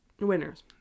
Winners